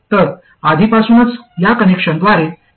तर आधीपासूनच या कनेक्शनद्वारे फीडबॅक आहे